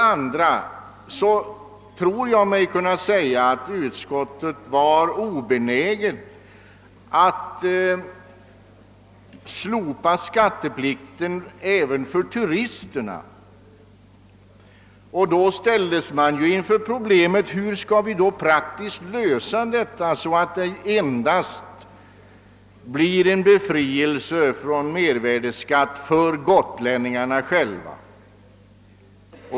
Vidare tror jag mig kunna säga att utskottsmajoriteten var obenägen att slopa skatteplikten även för turisterna. Vi ställdes då inför problemet att praktiskt lösa frågan så, att det endast skulle bli fråga om en befrielse från mervärdeskatt för gotlänningarna själva.